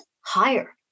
higher